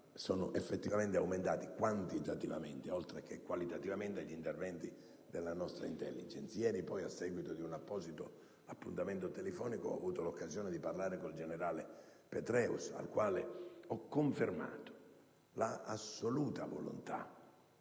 sono effettivamente aumentati, quantitativamente oltre che qualitativamente, gli interventi della nostra *intelligence*. Ieri, a seguito di un apposito appuntamento telefonico, ho avuto l'occasione di parlare con il generale Petraeus, al quale ho confermato l'assoluta volontà